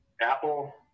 Apple